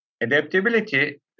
Adaptability